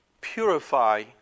purify